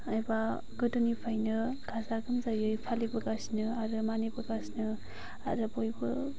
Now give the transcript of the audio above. एबा गोदोनिफ्रायनो गाजा गोमजायै फालिबोगासिनो आरो मानिबोगासिनो आरो बयबो